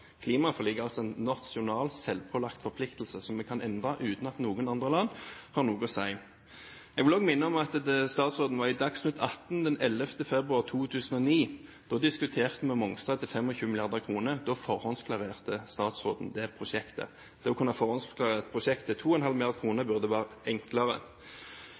Klimaforliket er altså en nasjonal, selvpålagt forpliktelse, som vi kan endre uten at noen andre land har noe å si. Jeg vil også minne om at statsråden var i Dagsnytt 18 den 11. februar 2009. Da diskuterte vi Mongstad til 25 mrd. kr. Da forhåndsklarerte statsråden det prosjektet. Det å kunne forhåndsklarere et prosjekt til 2,5 mrd. kr burde være enklere.